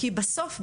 כי הכול בסוף,